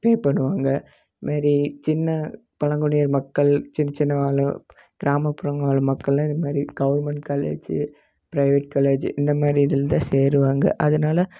பே பண்ணுவாங்க இது மாரி சின்ன பழங்குடி மக்கள் சின்ன சின்ன ஆள் கிராமப்புறங்களில் வாழும் மக்களே இது மாரி கவுர்மெண்ட் காலேஜு பிரைவேட் காலேஜு இந்த மாரி இதில் தான் சேருவாங்க அதனால